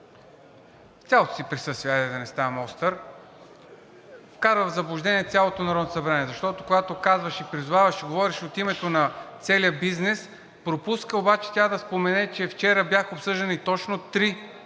цялото си присъствие, хайде да не ставам остър, вкара в заблуждение цялото Народно събрание, защото, когато казваше, призоваваше, говореше от името на целия бизнес, пропусна обаче тя да спомене, че вчера бяха обсъждани точно три